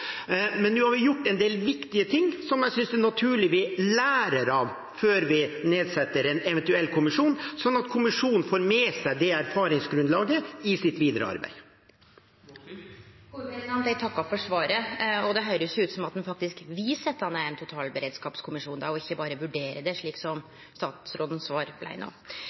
men nå har vi gjort en del viktige ting som jeg synes det er naturlig at vi lærer av før vi nedsetter en eventuell kommisjon, sånn at kommisjonen får med seg det erfaringsgrunnlaget i sitt videre arbeid. Eg takkar for svaret. Det høyrest jo ut som om ein faktisk vil setje ned ein totalberedskapskommisjon, ikkje berre vurdere det, slik som svaret til statsråden blei